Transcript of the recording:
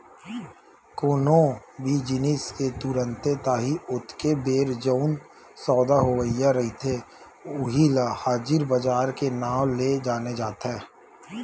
कोनो भी जिनिस के तुरते ताही ओतके बेर जउन सौदा होवइया रहिथे उही ल हाजिर बजार के नांव ले जाने जाथे